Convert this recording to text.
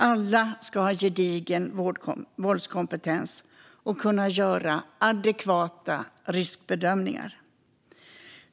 Alla ska ha gedigen våldskompetens och kunna göra adekvata riskbedömningar.